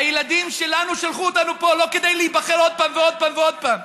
הילדים שלנו שלחו אותנו לפה לא כדי להיבחר עוד פעם ועוד פעם ועוד פעם,